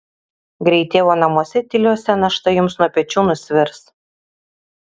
greit tėvo namuose tyliuose našta jums nuo pečių nusvirs